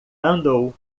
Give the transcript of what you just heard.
andou